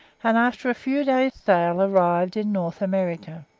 and after a few days' sail arrived in north america.